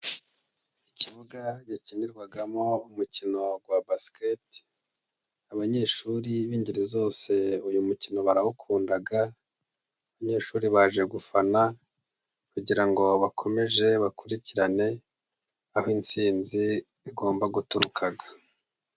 Ikibuga yakinirwagamo umukino wa baskete, abanyeshuri b'ingeri zose uyu mukino barawukunda. Abanyeshuri baje gufana kugira ngo bakomeze bakurikirane aho intsinzi igomba guturuka.